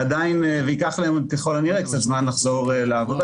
ועדיין ייקח להם עוד ככל הנראה קצת זמן לחזור לעבודה,